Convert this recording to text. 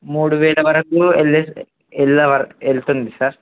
మూడు వేల వరకు వెళ్తుంది సార్